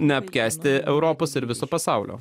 neapkęsti europos ir viso pasaulio